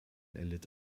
erlitt